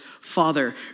Father